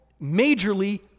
majorly